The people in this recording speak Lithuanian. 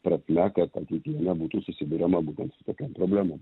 prasme kad ateityje nebūtų susiduriama būtent su tokiom problemom